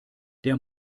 der